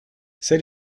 c’est